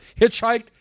hitchhiked